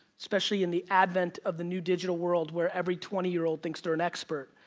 especially in the advent of the new digital world where every twenty year old thinks they're an expert,